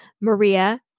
Maria